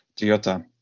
Toyota